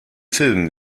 filmen